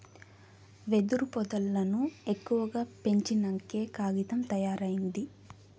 వెదురు పొదల్లను ఎక్కువగా పెంచినంకే కాగితం తయారైంది